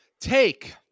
Take